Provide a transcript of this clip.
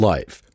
Life